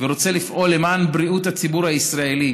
רוצה לפעול למען בריאות הציבור הישראלי,